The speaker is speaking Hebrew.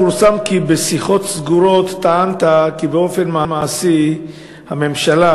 פורסם כי בשיחות סגורות טענת כי באופן מעשי הממשלה,